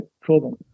problem